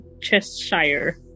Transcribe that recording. Cheshire